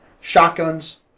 shotguns